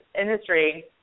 industry